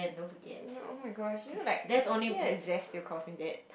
mm ya oh-my-gosh you know like Zef still calls me dad